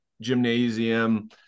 gymnasium